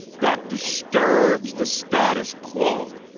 that disturbs the status quo,